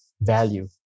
value